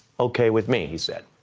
okay with me he said.